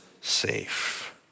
safe